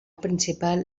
principal